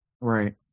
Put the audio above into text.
Right